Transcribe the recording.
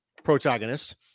Protagonist